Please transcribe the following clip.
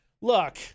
look